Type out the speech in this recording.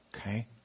okay